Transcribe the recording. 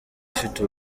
ufite